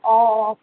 অঁ অঁ